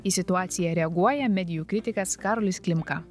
į situaciją reaguoja medijų kritikas karolis klimka